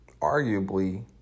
arguably